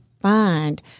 find